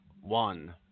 one